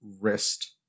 wrist